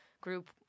group